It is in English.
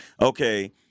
Okay